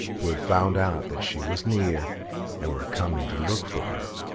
who had found out that she was near and were coming to look for her.